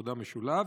עבודה משולב?